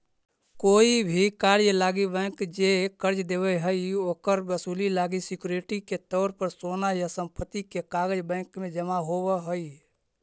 कोई भी कार्य लागी बैंक जे कर्ज देव हइ, ओकर वसूली लागी सिक्योरिटी के तौर पर सोना या संपत्ति के कागज़ बैंक में जमा होव हइ